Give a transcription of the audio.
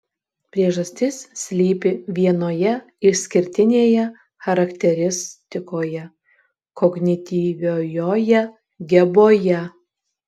priežastis slypi vienoje išskirtinėje charakteristikoje kognityviojoje geboje